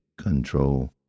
control